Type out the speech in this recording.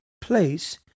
place